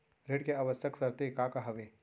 ऋण के आवश्यक शर्तें का का हवे?